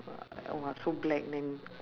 wa~ !wah! so black then